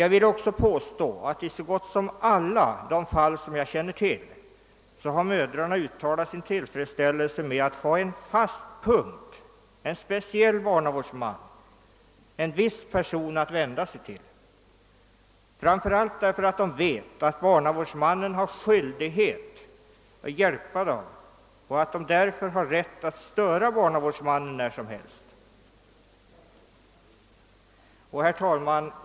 Jag vill också påstå att i så gott som alla de fall som jag känner till mödrarna har uttalat sin tillfredsställelse med att ha en fast punkt, en viss person att vända sig till, framför allt därför att de vet, att barnavårdsmannen har skyldighet att hjälpa dem och att de därför har rätt att störa barnavårdsmannen när som helst. Herr talman!